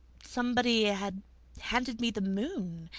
somebody. had handed me. the moon.